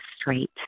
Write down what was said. straight